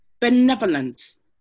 benevolence